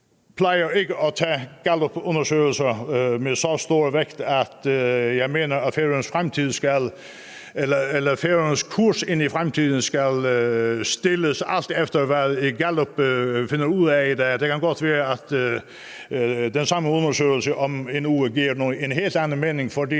lægge så stor vægt på gallupundersøgelser, at jeg mener, at Færøernes kurs ind i fremtiden skal kunne sættes, alt efter hvad Gallup finder ud af i dag, og det kan godt være, at den samme undersøgelse om en uge giver en helt anden mening.